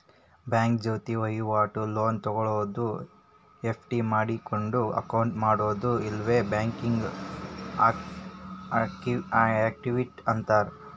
bank ಜೊತಿ ವಹಿವಾಟು, loan ತೊಗೊಳೋದು, ಎಫ್.ಡಿ ಮಾಡಿಡೊದು, ಅಕೌಂಟ್ ಮಾಡೊದು ಇವೆಲ್ಲಾ ಬ್ಯಾಂಕಿಂಗ್ ಆಕ್ಟಿವಿಟಿ ಅಂತಾರ